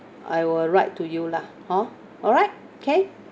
I will write to you lah hor alright okay